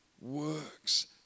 works